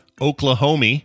Oklahoma